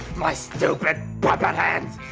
my stupid puppet hands!